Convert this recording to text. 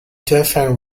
dauphin